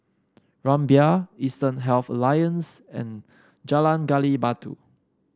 Rumbia Eastern Health Alliance and Jalan Gali Batu